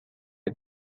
the